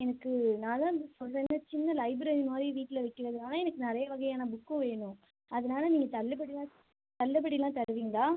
எனக்கு நான் தான் சொன்னேனில்ல சின்ன லைப்ரரி மாதிரி வீட்டில் வக்கிறதுனால் எனக்கு நிறையா வகையான புக்கு வேணும் அதனால நீங்கள் தள்ளுபடிலாம் தள்ளுபடிலாம் தருவீங்களா